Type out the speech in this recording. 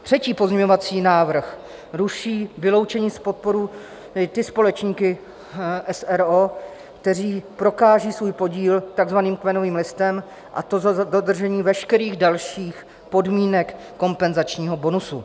Třetí pozměňovací návrh ruší vyloučení z podpory ty společníky s. r. o., kteří prokážou svůj podíl takzvaným kmenovým listem, a to za dodržení veškerých dalších podmínek kompenzačního bonusu.